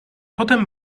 potem